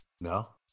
No